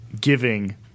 giving